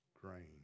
grain